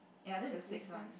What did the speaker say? ya this is the sixth one